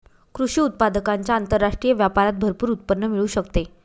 कृषी उत्पादकांच्या आंतरराष्ट्रीय व्यापारात भरपूर उत्पन्न मिळू शकते